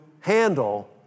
handle